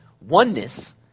Oneness